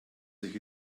sich